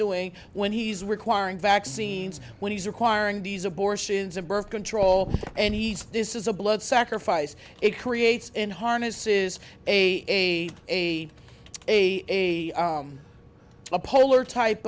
doing when he's requiring vaccines when he's requiring these abortions of birth control and he's this is a blood sacrifice it creates in harnesses a a a a a a polar type